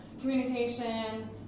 communication